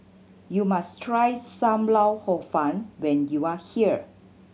you must try Sam Lau Hor Fun when you are here